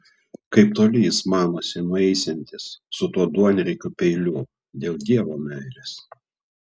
kaip toli jis manosi nueisiantis su tuo duonriekiu peiliu dėl dievo meilės